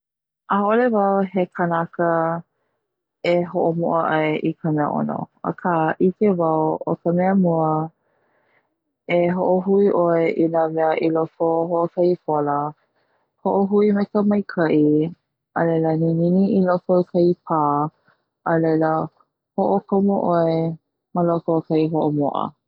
'A'ole wau he kanaka e ho'omo'a ai i ka mea'ono, aka 'ike wau o ka mea mua e ho'ohui 'oe i na mea i loko ho'okahi pola ho'ohui maika'i a laila ninini i loko kahi pa a laila ho'okomo 'oe ma loko o kahi ho'omo'a.